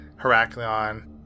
Heraklion